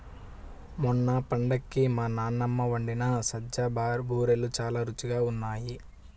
మొన్న పండక్కి మా నాన్నమ్మ వండిన సజ్జ బూరెలు చాలా రుచిగా ఉన్నాయి